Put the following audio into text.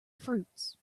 fruits